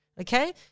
Okay